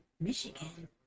Michigan